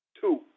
Two